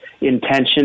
intention